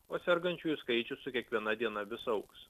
o sergančiųjų skaičius su kiekviena diena vis augs